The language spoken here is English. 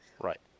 Right